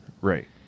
Right